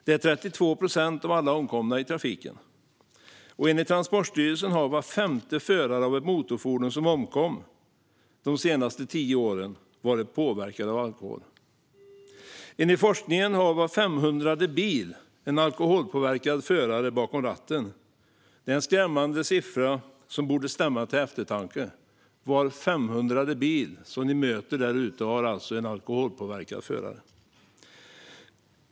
Det är 32 procent av alla omkomna i trafiken det året. Enligt Transportstyrelsen har var femte förare av ett motorfordon som omkom i trafiken de senaste tio åren varit påverkad av alkohol. Enligt forskningen har var 500:e bil en alkoholpåverkad förare bakom ratten. Det är en skrämmande siffra som borde stämma till eftertanke. Var 500:e bil som ni möter där ute har alltså en alkoholpåverkad förare.